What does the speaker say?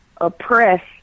oppress